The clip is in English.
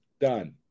Done